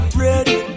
ready